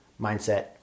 mindset